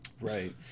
Right